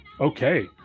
okay